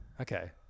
Okay